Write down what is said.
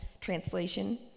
translation